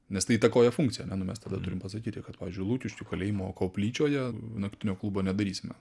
nes tai įtakoja funkciją ane nu mes tada turim pasakyt kad pavyzdžiui lukiškių kalėjimo koplyčioje naktinio klubo nedarysime